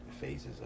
phases